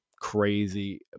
crazy